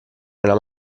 nella